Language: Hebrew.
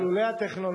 שכלולי הטכנולוגיה.